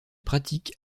pratique